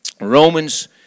Romans